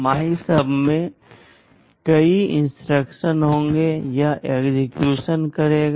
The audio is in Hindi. MYSUB में कई इंस्ट्रक्शन होंगे यह एक्सेक्यूशन करेगा